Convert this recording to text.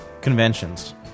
conventions